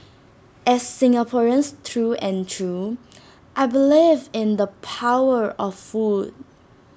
as Singaporeans through and through I believe in the power of food